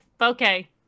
Okay